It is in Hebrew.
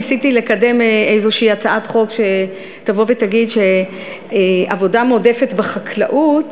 ניסיתי לקדם איזושהי הצעת חוק שתבוא ותגיד שעבודה מועדפת בחקלאות